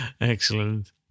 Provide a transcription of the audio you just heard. Excellent